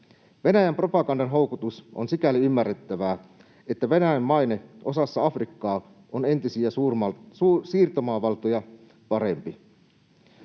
Venäjän propagandan houkutus on sikäli ymmärrettävää, että Venäjän maine osassa Afrikkaa on entisiä siirtomaavaltoja parempi.